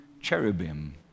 cherubim